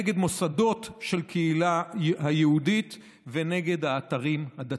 נגד מוסדות של קהילה יהודית ונגד האתרים הדתיים.